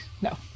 No